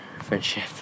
friendship